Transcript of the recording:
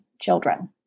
children